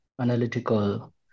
analytical